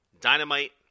Dynamite